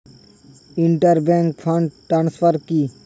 Inter bank fund transfer কি?